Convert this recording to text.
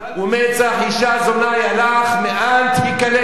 "ומצח אשה זונה היה לך מאנת הכלם".